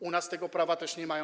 U nas tego prawa też nie mają.